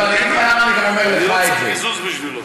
אני לא צריך קיזוז בשבילו.